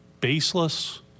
baseless